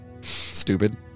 stupid